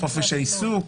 חופש העיסוק,